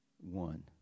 one